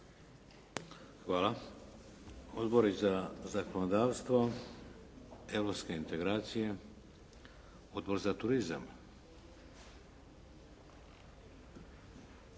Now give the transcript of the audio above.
Hvala. Odbori za zakonodavstvo, europske integracije, Odbor za turizam?